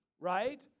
right